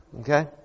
Okay